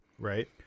right